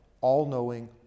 all-knowing